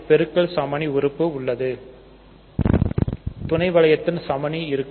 பெருக்கல் சமணி உறுப்பு உடையது துணை வளையத்தில் சமணி இருக்கும்